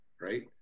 right